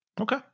okay